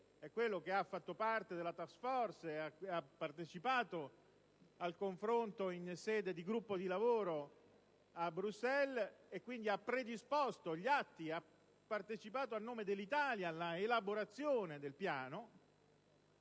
lui, che ha fatto parte della *task force* e che ha partecipato al confronto in sede di gruppo di lavoro a Bruxelles e che, quindi, ha predisposto gli atti e partecipato a nome dell'Italia all'elaborazione del Piano.